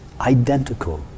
identical